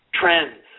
trends